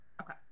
Okay